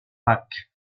back